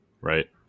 right